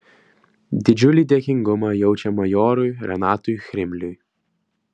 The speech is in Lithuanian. didžiulį dėkingumą jaučia majorui renatui chrimliui